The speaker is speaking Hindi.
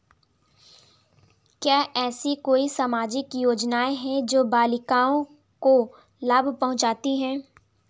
क्या ऐसी कोई सामाजिक योजनाएँ हैं जो बालिकाओं को लाभ पहुँचाती हैं?